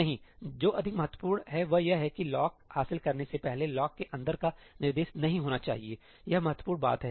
नहीं जो अधिक महत्वपूर्ण है वह यह है कि लॉक हासिल करने से पहले लॉक के अंदर का निर्देश नहीं होना चाहिए यह महत्वपूर्ण बात है